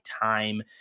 time